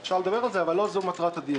אפשר לדבר על זה, אבל לא זו מטרת הדיון.